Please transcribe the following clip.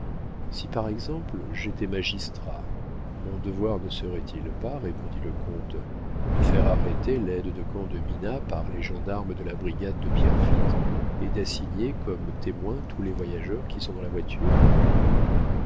si par exemple j'étais magistrat mon devoir ne serait-il pas répondit le comte de faire arrêter laide de camp de mina par les gendarmes de la brigade de pierrefitte et d'assigner comme témoins tous les voyageurs qui sont dans la voiture